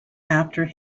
after